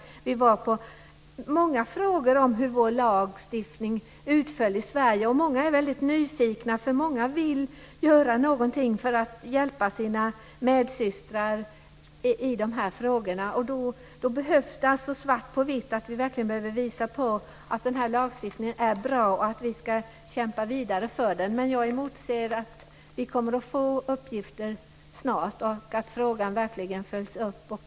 Där fick jag många frågor om hur vår lagstiftning utföll i Sverige. Många var väldigt nyfikna, eftersom de ville göra någonting för att hjälpa sina medsystrar. Då behövs det svart på vitt. Vi måste visa att den här lagstiftningen är bra och att vi ska kämpa vidare för den. Jag ser fram emot att vi kommer att få dessa uppgifter snart och att frågan verkligen följs upp.